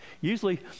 Usually